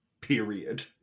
Period